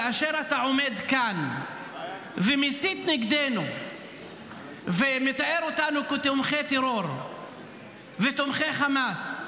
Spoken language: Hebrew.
כאשר אתה עומד כאן ומסית נגדנו ומתאר אותנו כתומכי טרור ותומכי חמאס,